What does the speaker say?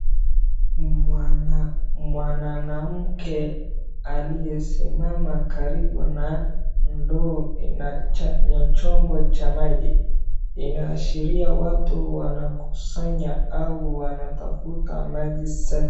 Mwanamke aliyesimama karibu na ndoo na chombo cha maji. Inaashiria watu wanakusanya au wanatafuta maji safi.